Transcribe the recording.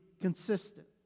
consistent